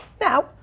Now